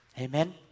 Amen